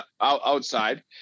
outside